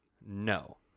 No